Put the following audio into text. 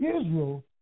Israel